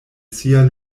sia